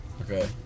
Okay